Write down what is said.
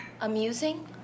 amusing